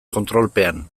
kontrolpean